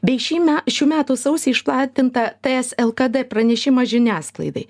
bei šįme šių metų sausį išplatintą t s lkd pranešimą žiniasklaidai